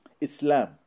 Islam